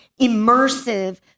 immersive